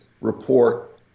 report